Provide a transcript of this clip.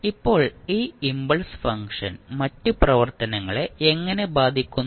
ഇപ്പോൾ ഈ impulse function മറ്റ് പ്രവർത്തനങ്ങളെ എങ്ങനെ ബാധിക്കുന്നു